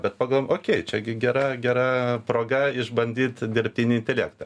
bet pagalvojom ok čia gi gera gera proga išbandyt dirbtinį intelektą